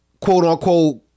quote-unquote